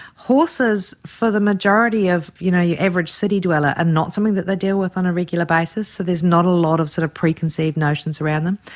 horses, for the majority of you know your average city dweller are and not something that they deal with on a regular basis, so there's not a lot of sort of preconceived notions around them.